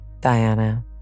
Diana